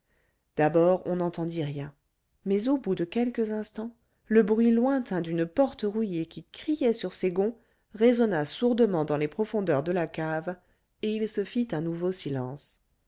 d'abord on n'entendit rien mais au bout de quelques instants le bruit lointain d'une porte rouillée qui criait sur ses gonds résonna sourdement dans les profondeurs de la cave et il se fit un nouveau silence